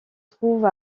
trouve